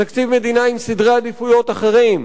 תקציב מדינה עם סדרי עדיפויות אחרים,